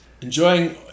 enjoying